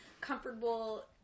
comfortable